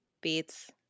Beats